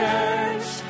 church